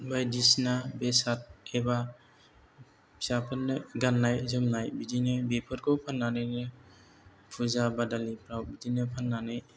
बायदिसिना बेसाद एबा फिसाफोरनो गाननाय जोमनाय बिदिनो बेफोरखौ फाननानैनो फुजा बादालिफ्राव बिदिनो फाननानै